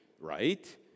right